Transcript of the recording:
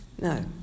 No